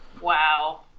wow